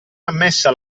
ammessa